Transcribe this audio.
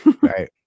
Right